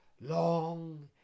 long